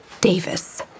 Davis